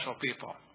people